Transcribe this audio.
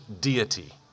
deity